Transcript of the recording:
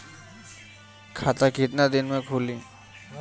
खाता कितना दिन में खुलि?